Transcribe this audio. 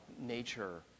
nature